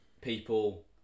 people